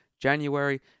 January